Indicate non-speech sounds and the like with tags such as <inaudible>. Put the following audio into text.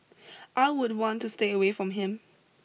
<noise> I would want to stay away from him